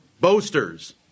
boasters